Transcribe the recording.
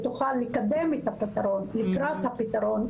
ותוכל לקדם את הפתרון לקראת הפתרון,